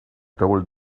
told